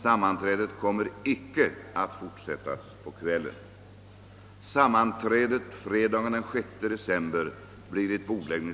Sammanträdet kommer inte att fortsättas på kvällen.